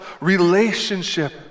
relationship